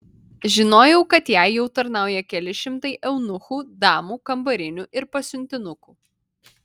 žinojau kad jai jau tarnauja keli šimtai eunuchų damų kambarinių ir pasiuntinukų